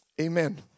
amen